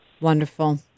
Wonderful